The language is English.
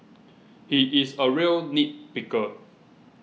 he is a real nit picker